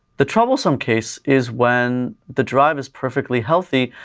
the troublesome case is when the drive is perfectly healthy,